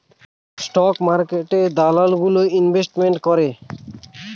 stock মার্কেটে দালাল গুলো ইনভেস্টমেন্ট করে